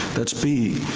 that's b,